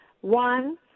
One